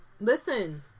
Listen